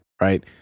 Right